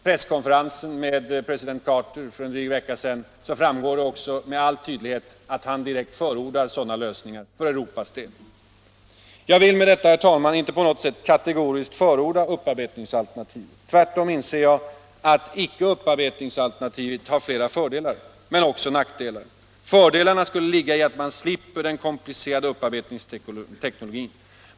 Presskonferensen med president Carter för en dryg vecka sedan visade med all tydlighet att han direkt förordar sådana lösningar för Europas del. Jag vill med detta, herr talman, inte på något sätt kategoriskt förorda upparbetningsalternativet. Tvärtom inser jag att alternativet icke upparbetning har flera fördelar men också vissa nackdelar. Fördelarna skulle ligga i att man slipper den komplicerade upparbetningsteknologin.